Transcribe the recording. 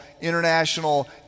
international